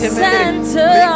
center